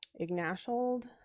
Ignashold